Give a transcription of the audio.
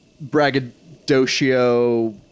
braggadocio